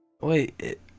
Wait